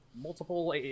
multiple